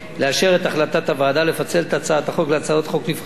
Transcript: לאשר את החלטת הוועדה לפצל את הצעת החוק להצעות חוק נפרדות,